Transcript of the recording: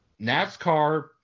NASCAR